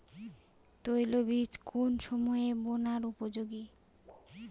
তৈলবীজ কোন সময়ে বোনার উপযোগী?